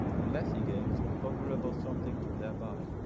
unless he gains a ponderable something thereby.